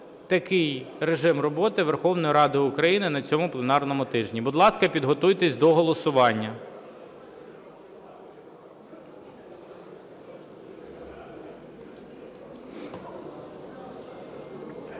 такий режим роботи Верховної Ради України на цьому пленарному тижні. Будь ласка, підготуйтесь до голосування.